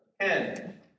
Ten